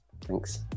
thanks